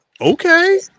Okay